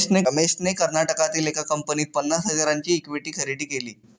रमेशने कर्नाटकातील एका कंपनीत पन्नास हजारांची इक्विटी खरेदी केली